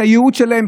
את הייעוד שלהן,